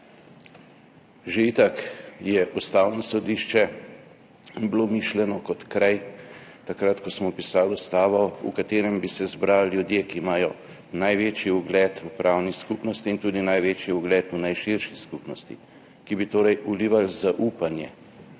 Že itak je bilo Ustavno sodišče mišljeno kot kraj, takrat ko smo pisali ustavo, v katerem bi se zbrali ljudje, ki imajo največji ugled v pravni skupnosti in tudi največji ugled v najširši skupnosti, ki bi torej vlivali zaupanje